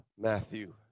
Matthew